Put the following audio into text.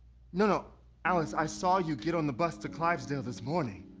no, no alice. i saw you get on the bus to clivesdale this morning.